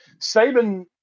Saban